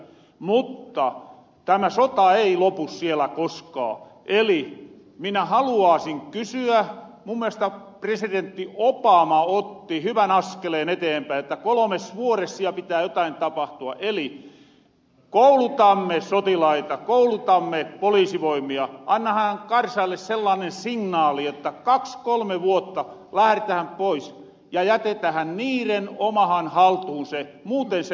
mutta tämä sota ei lopu siellä koskaa eli minä haluaasin sanoa mun mielestä presidentti obama otti hyvän askeleen eteenpäin jotta kolmes vuores siellä pitää jotain tapahtua että koulutamme sotilaita koulutamme poliisivoimia annetahan karzaille sellainen signaali että kaks kolme vuotta lähretähän pois ja jätetähän niiren omahan haltuun se muuten se ei lopu ikänä